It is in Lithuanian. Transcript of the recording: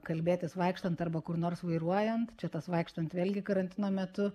kalbėtis vaikštant arba kur nors vairuojant čia tas vaikštant vėlgi karantino metu